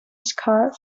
scar